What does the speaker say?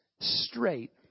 straight